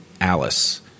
Alice